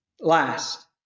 Last